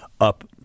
up